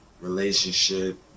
relationship